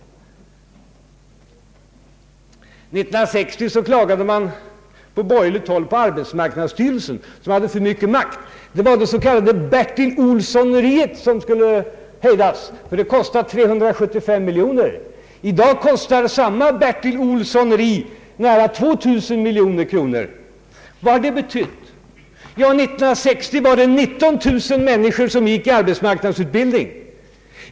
1960 klagade man på borgerligt håll över att arbetsmarknadsstyrelsen hade för stor makt. Det var det s.k. Bertil Olssoneriet som skulle hejdas, ty det kostade 375 miljoner kronor. I dag kostar samma Bertil-Olssoneri nära 2000 miljoner kronor. Vad har det betytt? Jo, 1960 deltog 19 000 människor i arbetsmarknadsutbildning.